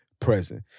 present